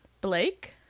blake